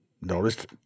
noticed